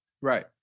Right